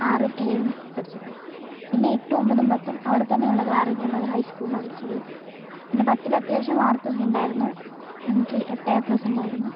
ആറ് ഏഴ് പഠിച്ചത് പിന്നെ എട്ട് ഒൻപത് പത്ത് അവിടെത്തന്നെയുള്ള ദ്വാരകയിലുള്ള ഹൈ സ്കൂളിലാണ് പഠിച്ചത് പിന്നെ പത്തിൽ അത്യാവശ്യം മാർക്കൊക്കെ ഉണ്ടായിരുന്നു എനിക്ക് എട്ട് എപ്ലസ് ഉണ്ടായിരുന്നു